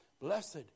Blessed